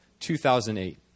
2008